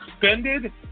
suspended